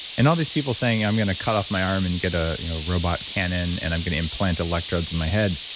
and all these people saying, i'm going to cut off my arm and get a you know robot cannon, and i'm going to implant electrodes in my head.